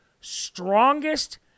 strongest